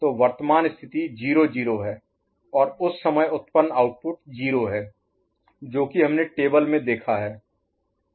तो वर्तमान स्थिति 0 0 है और उस समय उत्पन्न आउटपुट 0 है जो कि हमने टेबल में देखा है